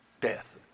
death